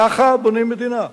ככה בונים מדינה,